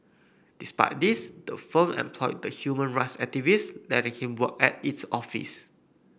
despite this the firm employed the human rights activist letting him work at its office